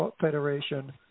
Federation